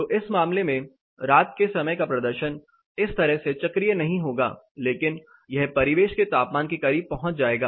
तो इस मामले में रात के समय का प्रदर्शन इस तरह चक्रीय नहीं होगा लेकिन यह परिवेश के तापमान के करीब पहुंच जाएगा